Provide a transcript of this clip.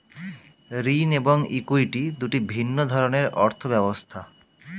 ঋণ এবং ইক্যুইটি দুটি ভিন্ন ধরনের অর্থ ব্যবস্থা